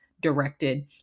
directed